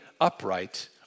upright